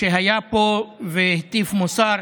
שהיה פה והטיף מוסר